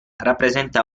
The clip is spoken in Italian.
rappresenta